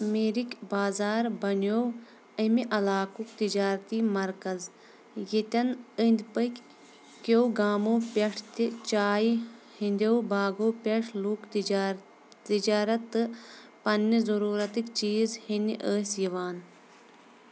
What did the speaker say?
میٖرِک بازار بَنیو اَمہِ علاقُک تجٲرتی مَرکَز یتٮ۪ن أنٛدۍ پٔکۍ کیو گامو پٮ۪ٹھ تہِ چائے ہِنٛدیو باغو پٮ۪ٹھ لُک تِجار تِجارت تہٕ پنٛنہِ ضٔروٗرَتٕکۍ چیٖز ہٮ۪نہِ ٲسۍ یِوان